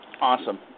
Awesome